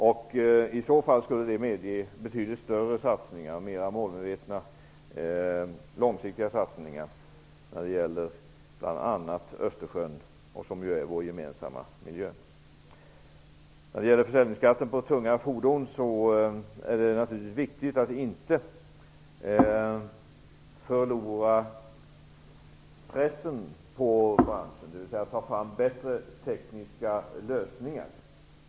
Ett samarbete skulle medge betydligt större och mer målmedvetna och långsiktiga satsningar när det gäller bl.a. Östersjön, som ju är vår gemensamma miljö. När det gäller försäljningsskatten på tunga fordon är det naturligtvis viktigt att inte förlora pressen på konkurrensen, dvs. att ta fram bättre tekniska lösningar.